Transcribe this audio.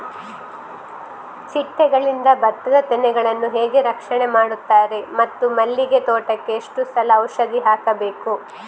ಚಿಟ್ಟೆಗಳಿಂದ ಭತ್ತದ ತೆನೆಗಳನ್ನು ಹೇಗೆ ರಕ್ಷಣೆ ಮಾಡುತ್ತಾರೆ ಮತ್ತು ಮಲ್ಲಿಗೆ ತೋಟಕ್ಕೆ ಎಷ್ಟು ಸಲ ಔಷಧಿ ಹಾಕಬೇಕು?